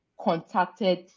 contacted